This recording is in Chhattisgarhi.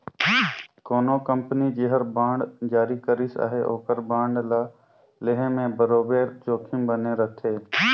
कोनो कंपनी जेहर बांड जारी करिस अहे ओकर बांड ल लेहे में बरोबेर जोखिम बने रहथे